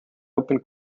open